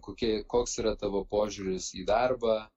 kokie koks yra tavo požiūris į darbą